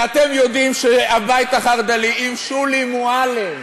ואתם יודעים שהבית החרד"לי עם שולי מועלם